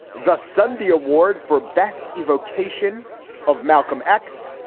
the sundy award for best evocation of malcolm x.